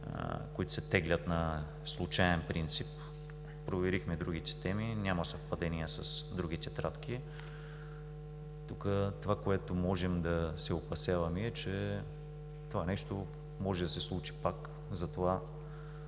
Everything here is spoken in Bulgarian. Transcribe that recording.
които се теглят на случаен принцип. Проверихме другите теми, няма съвпадения с други тетрадки. Това, за което можем да се опасяваме, е, че това нещо може да се случи пак, затова